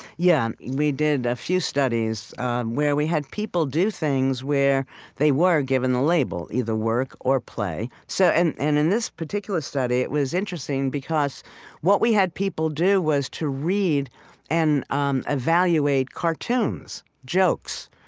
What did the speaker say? yeah, we did a few studies where we had people do things where they were given the label, either work or play. so and and in this particular study, it was interesting, because what we had people do was to read and um evaluate cartoons, jokes.